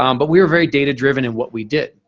um but we were very data-driven in what we did.